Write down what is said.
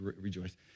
rejoice